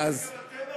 מה קרה לכם?